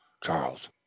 Charles